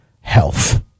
Health